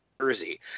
Jersey